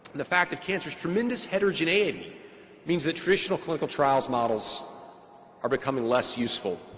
the fact of cancer's tremendous heterogeneity means that traditional clinical trials models are becoming less useful.